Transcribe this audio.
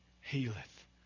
healeth